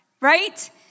right